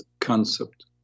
concept